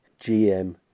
GM